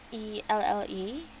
E L L A